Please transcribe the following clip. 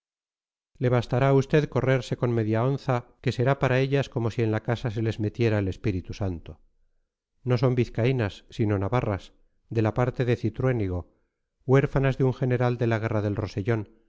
le bastará a usted correrse con media onza que será para ellas como si en la casa se les metiera el espíritu santo no son vizcaínas sino navarras de la parte de cintruénigo huérfanas de un general de la guerra del rosellón